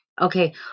okay